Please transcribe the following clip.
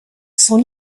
sont